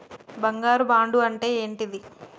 బంగారు బాండు అంటే ఏంటిది?